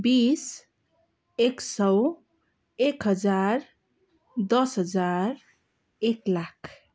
बिस एक सस एक हजार दस हजार एक लाख